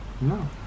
No